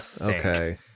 okay